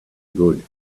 good